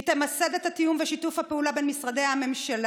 היא תמסד את התיאום ואת שיתוף הפעולה בין משרדי הממשלה,